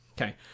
Okay